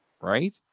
right